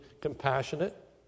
compassionate